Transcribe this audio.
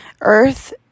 earth